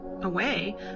away